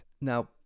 Now